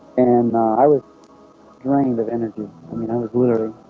and i was drained of energy i mean i was literally